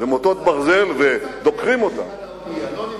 במוטות ברזל ודוקרים אותם.